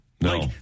No